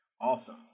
Awesome